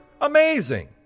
Amazing